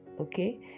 Okay